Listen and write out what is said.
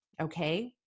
okay